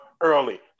early